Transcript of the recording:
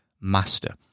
master